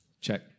Check